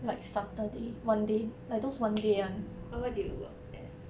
ah what do you work as